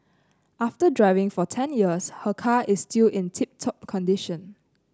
after driving for ten years her car is still in tip top condition